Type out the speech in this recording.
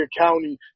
County